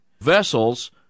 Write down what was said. vessels